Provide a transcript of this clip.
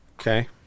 Okay